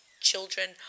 children